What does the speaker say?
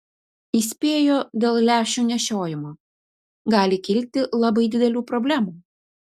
įspėjo dėl lęšių nešiojimo gali kilti labai didelių problemų